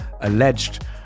alleged